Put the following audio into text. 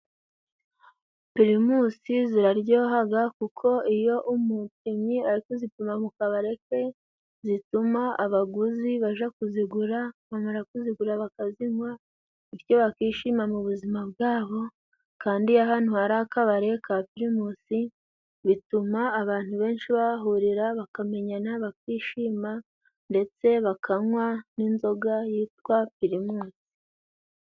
Primusi ziraryoha, kuko iyo umupimyi ari kuzipima ku kabari ke, zituma abaguzi bajya kuzigura, bamara kuzigura bakazinwa bityo bakishima mu buzima bwabo, kandi iyo ahantu hari akabare ka pirimusi, bituma abantu benshi bahahurira bakamenyana bakishima, ndetse bakanwa n'inzoga yitwa pirimus.